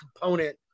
component